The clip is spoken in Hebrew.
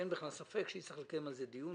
אין בכלל ספק שיצטרך לקיים על כך דיון,